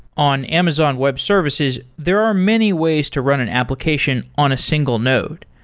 on amazon web services, there are many ways to run an application on a single node.